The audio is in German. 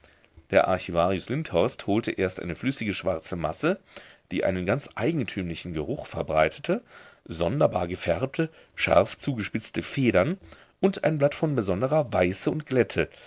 der archivarius lindhorst holte erst eine flüssige schwarze masse die einen ganz eigentümlichen geruch verbreitete sonderbar gefärbte scharf zugespitzte federn und ein blatt von besonderer weiße und glätte